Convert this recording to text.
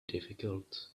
difficult